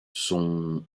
sont